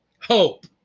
Hope